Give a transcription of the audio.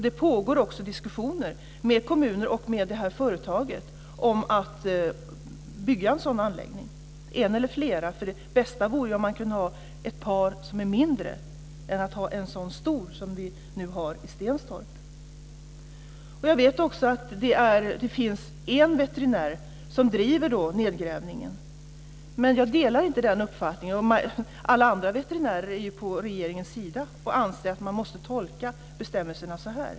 Det pågår också diskussioner med kommuner och med det här företaget om att bygga en eller flera sådana anläggningar. Det bästa vore ju om man kunde ha ett par anläggningar som är mindre och inte ha en sådan stor som vi nu har i Jag vet också att det finns en veterinär som förespråkar nedgrävningen. Men jag delar inte den uppfattningen, och alla andra veterinärer är på regeringens sida och anser att man måste tolka bestämmelserna så här.